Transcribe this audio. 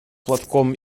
платком